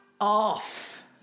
off